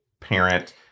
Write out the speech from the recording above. parent